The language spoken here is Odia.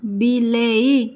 ବିଲେଇ